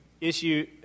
issue